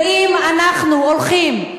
ואם אנחנו הולכים,